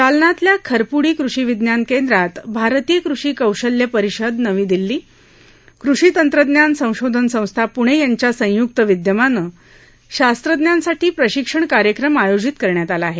जालन्यातल्या खरप्डी कृषी विज्ञान केंद्रात भारतीय कृषी कौशल्य परिषद नवी दिल्ली कृषी तंत्रज्ञान संशोधन संस्था प्णे यांच्या संय्क्त विद्यमाने शास्त्रज्ञांसाठी प्रशिक्षण कार्यक्रम आयोजित करण्यात आला आहे